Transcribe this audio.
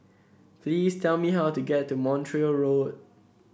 please tell me how to get to Montreal Road